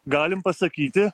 galim pasakyti